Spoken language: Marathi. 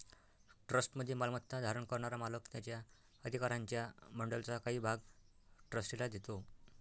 ट्रस्टमध्ये मालमत्ता धारण करणारा मालक त्याच्या अधिकारांच्या बंडलचा काही भाग ट्रस्टीला देतो